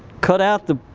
cut out the,